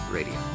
Radio